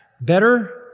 better